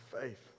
faith